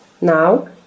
now